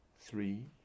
Three